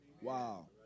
Wow